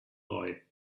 boy